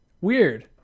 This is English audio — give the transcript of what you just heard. weird